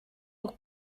pour